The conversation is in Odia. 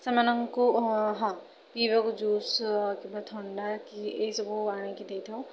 ସେମାନଙ୍କୁ ହଁ ପିଇବାକୁ ଜୁସ୍ କିମ୍ବା ଥଣ୍ଡା କି ଏହିସବୁ ଆଣିକି ଦେଇଥାଉ